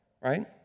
right